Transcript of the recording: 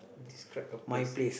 describe a place